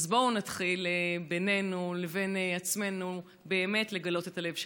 בואו נתחיל בינינו לבין עצמנו באמת לגלות את הלב שלנו.